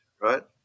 right